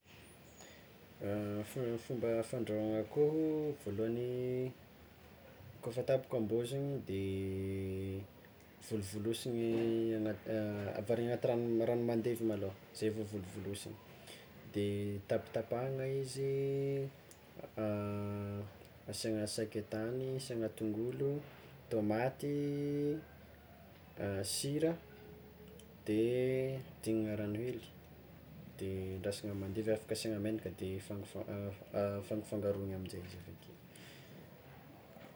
Fan- fomba fandrahoana akoho, voalohany, kôfa tapaka ambôzogny de volovolosigny agnaty avarigny agnaty ragno mandevy malôha zay vao volosigny de tapitapahina izy asiagna sakaitany asiàgna tongolo tômaty, sira, de hidignana ragno hely, de endrasana mandevy afaka asiagna megnaka de fangafang- afangafangaroagny aminjay.